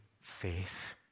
faith